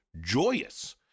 joyous